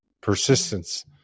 Persistence